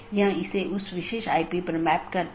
चौथा वैकल्पिक गैर संक्रमणीय विशेषता है